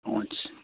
हुन्छ